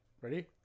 Ready